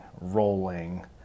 rolling